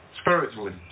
Spiritually